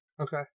Okay